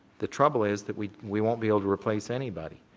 the trouble is that we we won't be able to replace anybody.